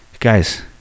Guys